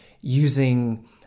using